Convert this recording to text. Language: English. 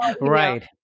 Right